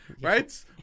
Right